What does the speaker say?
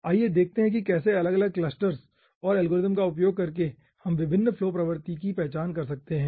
आइए देखते हैं कि कैसे अलग अलग क्लस्टर्स और एल्गोरिदम का उपयोग करके हम विभिन्न फ्लो प्रवृत्ति की पहचान कर सकते हैं